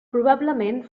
probablement